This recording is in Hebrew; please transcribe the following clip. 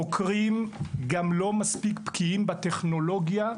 חוקרים גם לא מספיק בקיאים בטכנולוגיה.